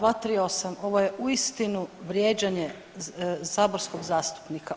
238., ovo je uistinu vrijeđanje saborskog zastupnika.